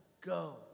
Go